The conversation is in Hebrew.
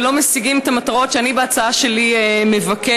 ולא משיגים את המטרות שאני בהצעה שלי מבקשת.